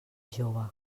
jove